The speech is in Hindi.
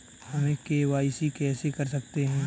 हम के.वाई.सी कैसे कर सकते हैं?